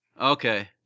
Okay